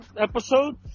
episode